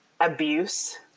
abuse